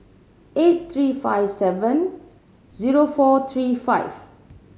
eight three five seven zero four three five